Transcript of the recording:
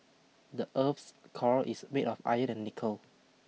the earth's core is made of iron and nickel